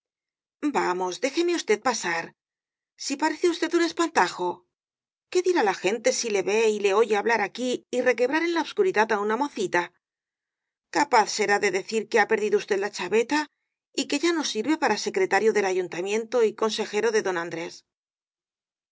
vamos déjeme usted pasar si parece usted un espantajo qué dirá la gente si le ve y le oye hablar aquí y requebrar en la obscuridad á una mocita capaz será de decir que ha perdido usted la chaveta y que ya no sirve para secretario del ayuntamiento y consejero de don andrés